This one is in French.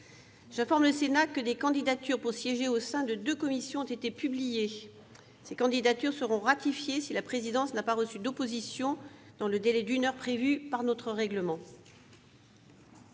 J'informe le Sénat que des candidatures pour siéger au sein de deux commissions ont été publiées. Ces candidatures seront ratifiées si la présidence n'a pas reçu d'opposition dans le délai d'une heure prévu par notre règlement.